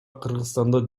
кыргызстанда